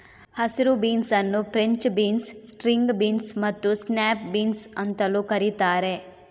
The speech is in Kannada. ಹಸಿರು ಬೀನ್ಸ್ ಅನ್ನು ಫ್ರೆಂಚ್ ಬೀನ್ಸ್, ಸ್ಟ್ರಿಂಗ್ ಬೀನ್ಸ್ ಮತ್ತು ಸ್ನ್ಯಾಪ್ ಬೀನ್ಸ್ ಅಂತಲೂ ಕರೀತಾರೆ